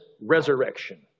resurrection